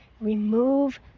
remove